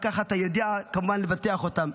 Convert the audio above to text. וככה אתה יודע כמובן לבטח אותם.